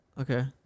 okay